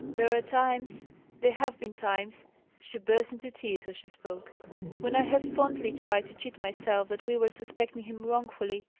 there are times there have been times she burst into tears as she spoke when i have fondly tried to cheat myself that we were suspecting him wrongfully.